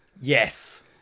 yes